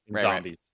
zombies